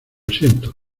siento